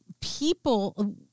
people